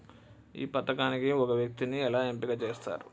ఈ పథకానికి ఒక వ్యక్తిని ఎలా ఎంపిక చేస్తారు?